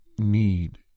need